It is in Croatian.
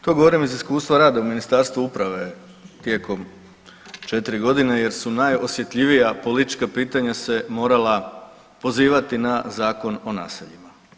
To govorim iz iskustva rada u Ministarstvu uprave tijekom 4 godine jer su najosjetljivija politička pitanja se morala pozivati na Zakon o naseljima.